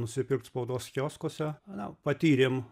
nusipirkt spaudos kioskuose na patyrėm